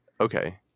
Okay